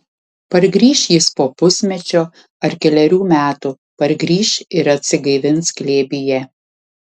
pargrįš jis po pusmečio ar kelerių metų pargrįš ir atsigaivins glėbyje